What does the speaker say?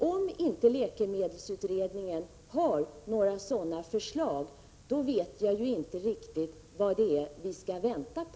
Om inte läkemedelsutredningen har några sådana förslag vet jag inte riktigt vad det är vi skall vänta på.